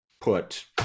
put